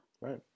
Right